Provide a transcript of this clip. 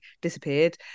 disappeared